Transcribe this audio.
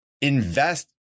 invest